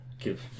give